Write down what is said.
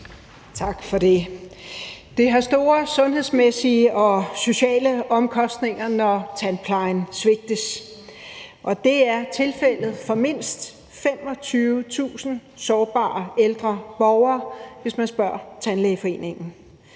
Tak for det. Det har store sundhedsmæssige og sociale omkostninger, når tandplejen svigter, og det er tilfældet for mindst 25.000 sårbare ældre borgere, hvis man spørger Tandlægeforeningen.